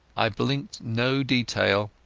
i blinked no detail.